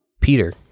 Peter